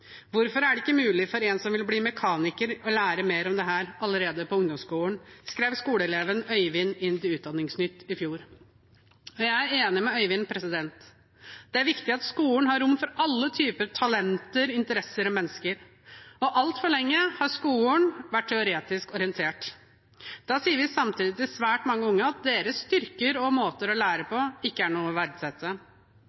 Hvorfor er det ikke mulig for en som vil bli mekaniker å lære mer om dette allerede på ungdomsskolen?» Dette skrev skoleeleven Øivind inn til Utdanningsnytt i fjor. Jeg er enig med Øivind. Det er viktig at skolen har rom for alle typer talenter, interesser og mennesker. Altfor lenge har skolen vært teoretisk orientert. Da sier vi samtidig til svært mange unge at deres styrker og måter å lære